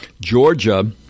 Georgia